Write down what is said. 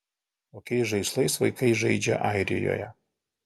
tokiais žaislais vaikai žaidžia airijoje